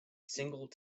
single